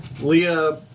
Leah